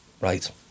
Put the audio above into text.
right